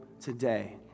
today